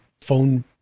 phone